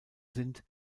sind